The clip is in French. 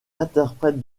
interprète